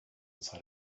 inside